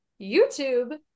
YouTube